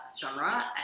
genre